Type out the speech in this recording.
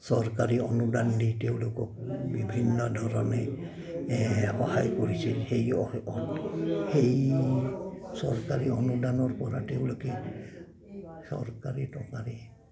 চৰকাৰী অনুদান দি তেওঁলোকক বিভিন্ন ধৰণে সহায় কৰিছে সেই সেই চৰকাৰী অনুদানৰপৰা তেওঁলোকে চৰকাৰী তৰকাৰী